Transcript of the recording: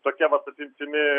tokia vat apimtimi